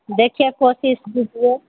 देखिए कोशिश कीजिए